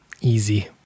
Easy